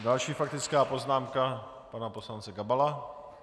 Další faktická poznámka pana poslance Gabala.